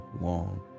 long